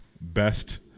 best